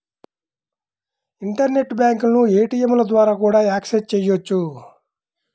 internet బ్యాంకులను ఏటీయంల ద్వారా కూడా యాక్సెస్ చెయ్యొచ్చు